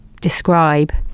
describe